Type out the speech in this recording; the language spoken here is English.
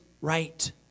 right